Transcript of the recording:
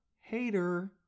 hater